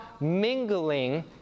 mingling